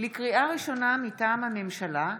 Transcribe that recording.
לקריאה ראשונה, מטעם הממשלה: